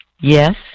Yes